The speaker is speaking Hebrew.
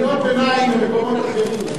אני מבין קריאות ביניים ממקומות אחרים,